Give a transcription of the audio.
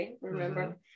remember